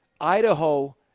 Idaho